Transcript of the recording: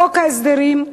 חוק ההסדרים,